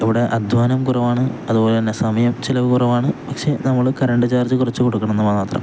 ഇവിടെ അദ്ധ്വാനം കുറവാണ് അതുപോലെ തന്നെ സമയച്ചെലവു കുറവാണ് പക്ഷെ നമ്മള് കറണ്ട് ചാർജ് കുറച്ചു കൊടുക്കണമെന്നു മാത്രം